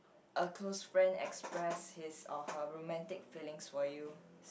a close friend express his or her romantic feelings for you